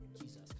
Jesus